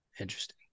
Interesting